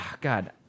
God